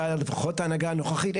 לפחות מההנהגה הנוכחית,